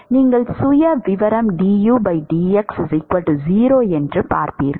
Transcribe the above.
நீங்கள் சுயவிவரம் dudx0 என்று பார்ப்பீர்கள்